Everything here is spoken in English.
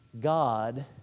God